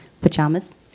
pajamas